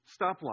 stoplight